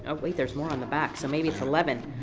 ah wait, there's more on the back. so maybe it's eleven.